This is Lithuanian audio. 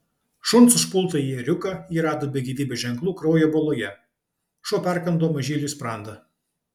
šuns užpultąjį ėriuką ji rado be gyvybės ženklų kraujo baloje šuo perkando mažyliui sprandą